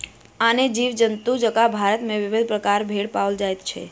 आने जीव जन्तु जकाँ भारत मे विविध प्रकारक भेंड़ पाओल जाइत छै